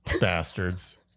bastards